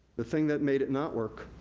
the thing that made it not work,